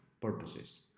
purposes